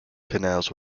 canals